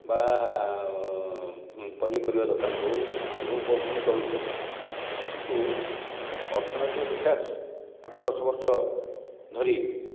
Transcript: ବା ପନିପରିବା ଦୋକାନ ହେଉ ଏହି ସବୁ କରୁଛନ୍ତି ଚଳୁଛନ୍ତି କିନ୍ତୁ ଅର୍ଥନୈତିକ ବିକାଶ ଆଠ ଦଶ ବର୍ଷ ଧରି